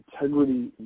integrity